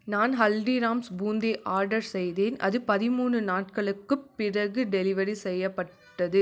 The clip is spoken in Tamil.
நான் ஹல்திராம்ஸ் பூந்தி ஆர்டர் செய்தேன் அது பதிமூணு நாட்களுக்குப் பிறகு டெலிவரி செய்யப்பட்டது